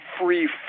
free